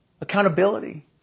accountability